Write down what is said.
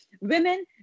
Women